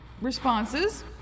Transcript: responses